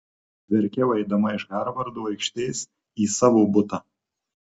verkiau eidama iš harvardo aikštės į savo butą